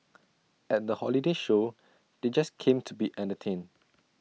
at the holiday show they just came to be entertained